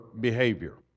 behavior